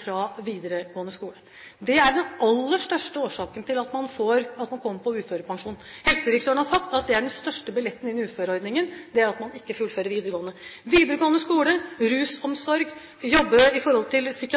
fra i den videregående skolen. Det er den aller største årsaken til at man kommer på uførepensjon. Helsedirektøren har sagt at den største billetten inn til uføreordningen er at man ikke fullfører videregående. Videregående skole,